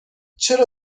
چرا